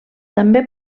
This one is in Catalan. també